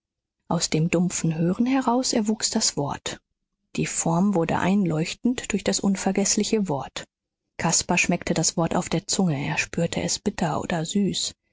aus dem dumpfen hören heraus erwuchs das wort die form wurde einleuchtend durch das unvergeßliche wort caspar schmeckt das wort auf der zunge er spürt es bitter oder süß